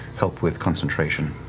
help with concentration.